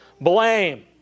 blame